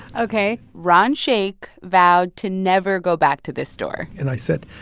ok. ron shaich like vowed to never go back to this store and i said,